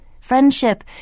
Friendship